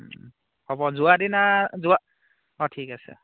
হ'ব যোৱা দিনা যোৱা অ' ঠিক আছে